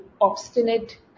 obstinate